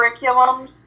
curriculums